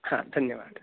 हा धन्यवादः